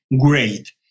great